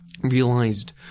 realized